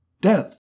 Death